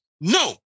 No